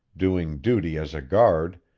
doing duty as a guard,